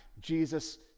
Jesus